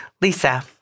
Lisa